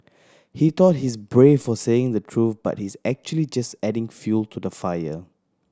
he thought he's brave for saying the truth but he's actually just adding fuel to the fire